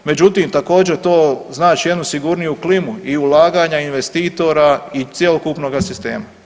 Međutim, također to znači jednu sigurniju klimu i ulaganja investitora i cjelokupnoga sistema.